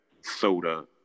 soda